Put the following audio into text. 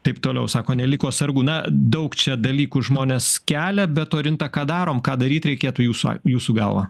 taip toliau sako neliko sargų na daug čia dalykų žmonės kelia bet orinta ką darom ką daryt reikėtų jūsų at jūsų galva